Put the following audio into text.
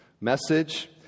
message